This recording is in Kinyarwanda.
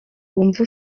wumva